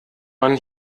man